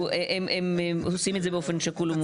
הם עושים את זה באופן שקול.